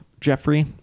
jeffrey